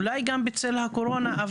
אולי גם בצל הקורונה,